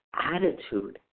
attitude